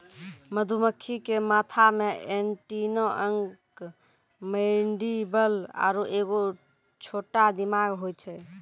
मधुमक्खी के माथा मे एंटीना अंक मैंडीबल आरु एगो छोटा दिमाग होय छै